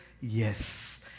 yes